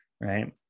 right